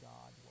God